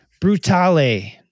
Brutale